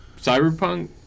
Cyberpunk